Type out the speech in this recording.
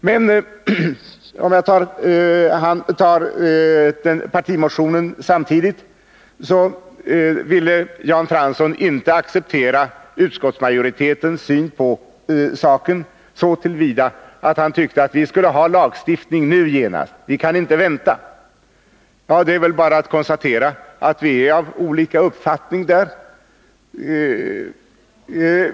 Jan Fransson ville inte acceptera utskottsmajoritetens syn på saken så till vida att han tyckte att vi skulle ha lagstiftning genast och inte kunde vänta. Det är väl bara att konstatera att vi är av olika uppfattning.